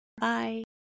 Bye